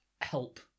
help